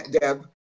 Deb